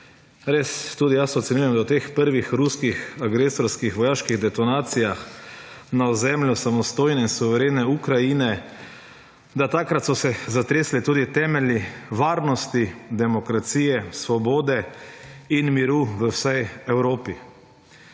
res tudi jaz ocenjujem, da v teh prvih ruskih agresorskih vojaških detonacijah na ozemlju samostojne in suverene Ukrajine, da takrat so se zatresli tudi temelji varnosti demokracije, svobode in miru v vsej Evropi.